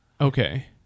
Okay